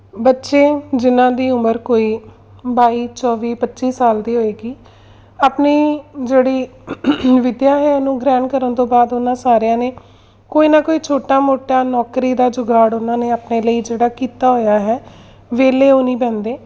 ਬੱਚੇ ਜਿਨ੍ਹਾਂ ਦੀ ਉਮਰ ਕੋਈ ਬਾਈ ਚੌਵੀ ਪੱਚੀ ਸਾਲ ਦੀ ਹੋਏਗੀ ਆਪਣੀ ਜਿਹੜੀ ਵਿੱਦਿਆ ਹੈ ਉਹਨੂੰ ਗ੍ਰਹਿਣ ਕਰਨ ਤੋਂ ਬਾਅਦ ਉਹਨਾਂ ਸਾਰਿਆਂ ਨੇ ਕੋਈ ਨਾ ਕੋਈ ਛੋਟਾ ਮੋਟਾ ਨੌਕਰੀ ਦਾ ਜੁਗਾੜ ਉਹਨਾਂ ਨੇ ਆਪਣੇ ਲਈ ਜਿਹੜਾ ਕੀਤਾ ਹੋਇਆ ਹੈ ਵਿਹਲੇ ਉਹ ਨਹੀਂ ਬਹਿੰਦੇ